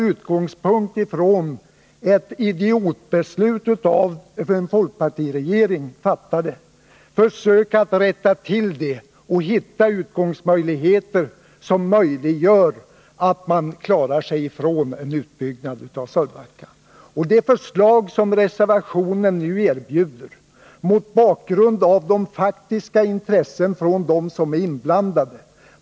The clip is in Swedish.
Utgångspunkten är ett idiotbeslut som folkpartiregeringen fattade. Vi måste försöka rätta till det och hitta utvägar för att klara oss ifrån en utbyggnad av Sölvbacka. Reservationen erbjuder en lösning som är realistisk mot bakgrund av de faktiska intressena hos dem som är inblandade.